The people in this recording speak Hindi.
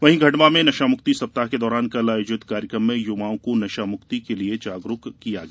वहीं खंडवा में नशामुक्ति सप्ताह के दौरान कल आयोजित कार्यकम में युवाओं को नशामुक्ति के लिए जागरूक किया गया